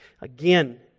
Again